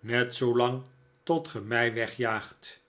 net zoolang tot ge mij wegjaagt